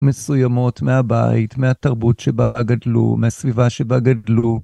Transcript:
מסוימות מהבית, מהתרבות שבה גדלו, מהסביבה שבה גדלו.